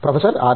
professor R